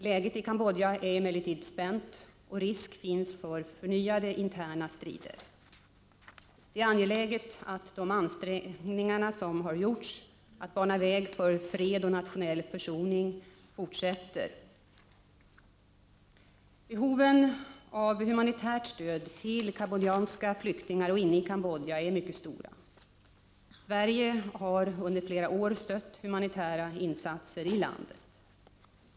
Läget i Cambodja är emellertid spänt, och risk finns för förnyade interna strider. Det är angeläget att de ansträngningar att bana väg för fred och nationell försoning fortsätter. Behoven av humanitärt stöd till cambodjanska flyktingar och inne i Cambodja är mycket stora. Sverige har under flera år stött humanitära insatser i landet.